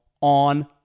on